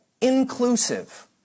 inclusive